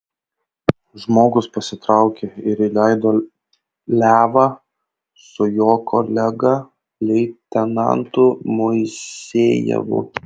žmogus pasitraukė ir įleido levą su jo kolega leitenantu moisejevu